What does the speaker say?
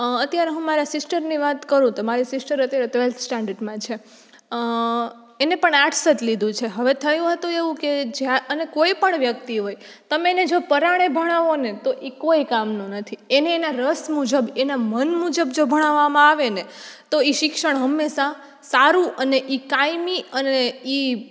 અત્યારે હું મારા સિસ્ટરની વાત કરું તો મારી સિસ્ટર અત્યારે ટવેલફ્થ સ્ટાન્ડર્ડમાં છે એને પણ આર્ટ્સ જ લીધું છે હવે થયું હતું એવું કે જ્યાં અને કોઈ પણ વ્યક્તિ હોય તમે એને જો પરાણે ભણાવોને તો એ કોઈ કામનું નથી એને એના રસ મુજબ એના મન મુજબ જો ભણાવવામાં આવે ને તો એ શિક્ષણ હંમેશા સારું અને એ કાયમી અને એ